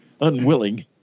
unwilling